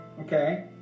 Okay